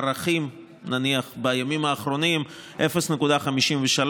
סביב הערכים, נניח, בימים האחרונים של 0.53,